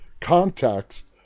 context